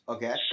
Okay